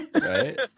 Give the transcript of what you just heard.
Right